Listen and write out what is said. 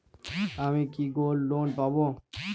আমি কি gold loan পাবো?